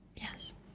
Yes